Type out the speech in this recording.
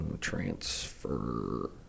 Transfer